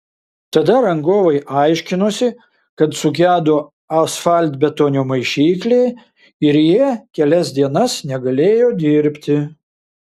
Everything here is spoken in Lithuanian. tada rangovai aiškinosi kad sugedo asfaltbetonio maišyklė ir jie kelias dienas negalėjo dirbti